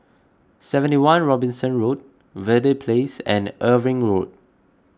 seventy one Robinson Road Verde Place and Irving Road